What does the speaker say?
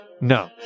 No